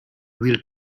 will